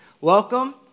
welcome